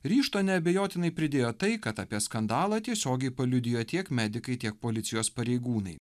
ryžto neabejotinai pridėjo tai kad apie skandalą tiesiogiai paliudijo tiek medikai tiek policijos pareigūnai